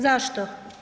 Zašto?